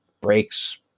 breaks